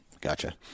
Gotcha